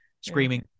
screaming